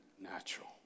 natural